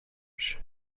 میشه